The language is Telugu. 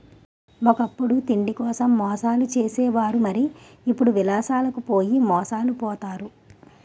ఒకప్పుడు తిండికోసం మోసాలు చేసే వారు మరి ఇప్పుడు విలాసాలకు పోయి మోసాలు పోతారు